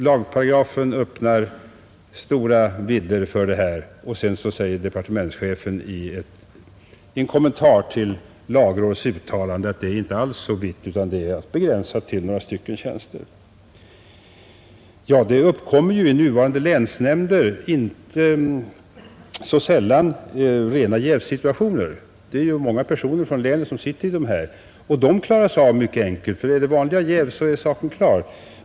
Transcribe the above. Lagparagrafen öppnar stora vidder, men sedan säger departementschefen i en kommentar till lagrådets uttalande att regeln är inte så vid utan begränsar sig till några få tjänster. Det uppkommer i nuvarande länsnämnder inte sällan rena jävssituationer. Det är många personer från länet som sitter i dessa nämnder. Sådana situationer klaras upp mycket enkelt. Vid vanliga jäv är saken klar.